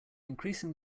increasing